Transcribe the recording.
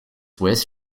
west